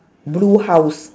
blue house